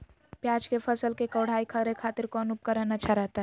प्याज के फसल के कोढ़ाई करे खातिर कौन उपकरण अच्छा रहतय?